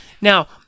Now